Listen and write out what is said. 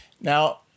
Now